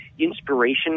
Inspiration